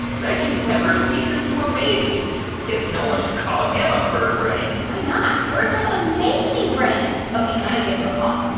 reggie never ceases to amaze me. i guess no one should call him a birdbrain why not? birds have amazing brains. ok, i'm going to give him a call